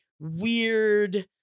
weird